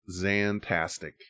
Zantastic